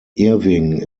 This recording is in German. irving